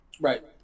Right